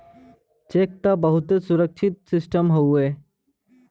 check त बहुते सुरक्षित सिस्टम हउए